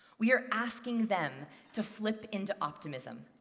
we are asking them to flip into optimism.